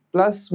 Plus